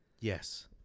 Yes